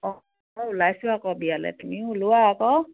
অঁ মই ওলাইছোঁ আকৌ বিয়ালৈ তুমিও ওলোৱা আকৌ